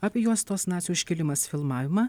apie juostos nacių iškilimas filmavimą